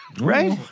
Right